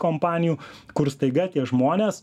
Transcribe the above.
kompanijų kur staiga tie žmonės